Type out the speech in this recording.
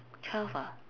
twelve ah